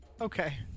Okay